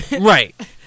Right